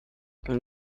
ten